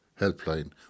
helpline